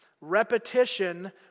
Repetition